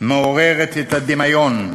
מעוררת את הדמיון,